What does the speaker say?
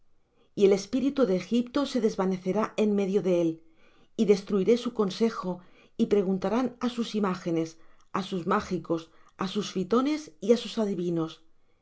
y el espíritu de egipto se desvanecerá en medio de él y destruiré su consejo y preguntarán á sus imágenes á sus mágicos á sus pythones y á sus adivinos